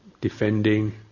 defending